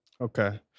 Okay